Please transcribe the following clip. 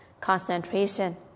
concentration